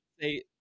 say